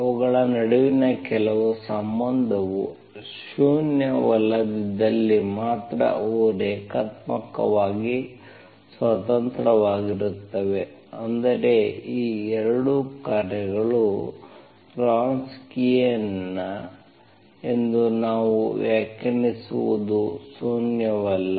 ಅವುಗಳ ನಡುವಿನ ಕೆಲವು ಸಂಬಂಧವು ಶೂನ್ಯವಲ್ಲದಿದ್ದಲ್ಲಿ ಮಾತ್ರ ಅವು ರೇಖಾತ್ಮಕವಾಗಿ ಸ್ವತಂತ್ರವಾಗಿರುತ್ತವೆ ಅಂದರೆ ಆ ಎರಡು ಕಾರ್ಯಗಳ ವ್ರೊನ್ಸ್ಕಿಯನ್ ವ್ರೊನ್ಸ್ಕಿಯನ್ ಎಂದು ನಾವು ವ್ಯಾಖ್ಯಾನಿಸುವುದು ಶೂನ್ಯವಲ್ಲ